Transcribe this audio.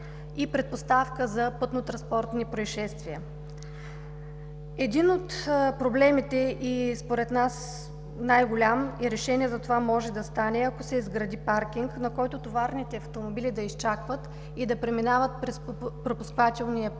и предпоставка за пътно-транспортни произшествия. Решение на един от проблемите и според нас най-голям може да се намери, ако се изгради паркинг, на който товарните автомобили да изчакват и да преминават през пропускателния пункт,